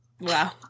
Wow